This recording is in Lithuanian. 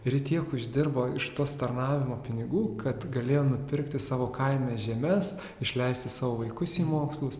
ir i tiek uždirbo iš tos tarnavimo pinigų kad galėjo nupirkti savo kaime žemes išleisti savo vaikus į mokslus